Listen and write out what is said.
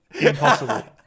impossible